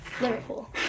Liverpool